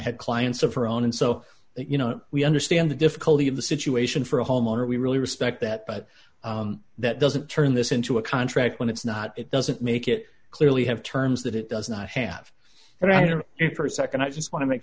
had clients of her own and so you know we understand the difficulty of the situation for a homeowner we really respect that but that doesn't turn this into a contract when it's not it doesn't make it clearly have terms that it does not have rather different nd i just want to make